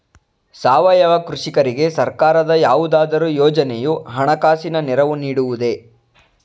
ಸಾವಯವ ಕೃಷಿಕರಿಗೆ ಸರ್ಕಾರದ ಯಾವುದಾದರು ಯೋಜನೆಯು ಹಣಕಾಸಿನ ನೆರವು ನೀಡುವುದೇ?